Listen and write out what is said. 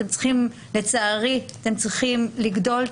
אתם צריכים, לצערי, לגדול.